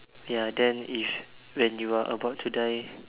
ya then if when you are about to die